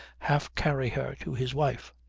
half carry her to his wife.